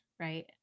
right